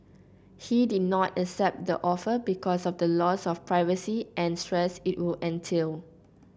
he did not accept the offer because of the loss of privacy and stress it would entail